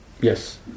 Yes